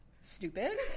stupid